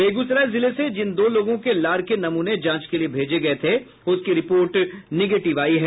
बेगूसराय जिले से जिन दो लोगों के लार के नमूने जांच के लिए भेजे गये थे उसकी रिपोर्ट निगेटिव आयी है